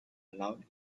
allowed